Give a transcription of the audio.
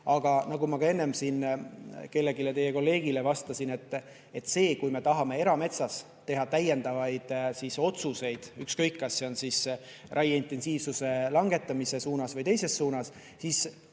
Aga nagu ma ka enne siin kellelegi teie kolleegile vastasin, kui me tahame erametsas teha täiendavaid otsuseid, ükskõik, kas see on raieintensiivsuse langetamise suunas või teises suunas, siis